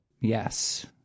Yes